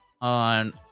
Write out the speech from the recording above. on